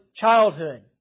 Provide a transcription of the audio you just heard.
childhood